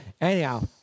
Anyhow